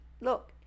look